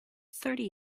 thirty